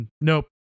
Nope